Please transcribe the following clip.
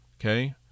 Okay